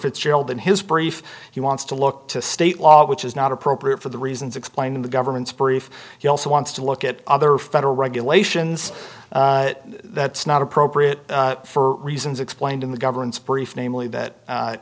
fitzgerald in his brief he wants to look to state law which is not appropriate for the reasons explained in the government's brief he also wants to look at other federal regulations that's not appropriate for reasons explained in the government's brief namely that